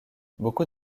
beaucoup